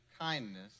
kindness